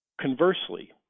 Conversely